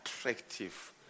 attractive